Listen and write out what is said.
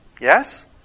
Yes